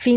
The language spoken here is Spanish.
li